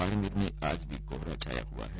बाड़मेर में आज भी कोहरा छाया हुआ है